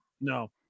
No